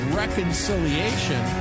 reconciliation